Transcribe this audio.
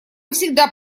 всегда